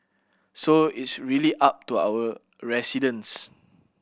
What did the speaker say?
so it's really up to our residents